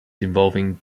involving